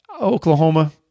Oklahoma